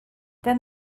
then